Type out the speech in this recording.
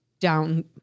down